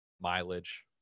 Mileage